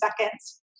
seconds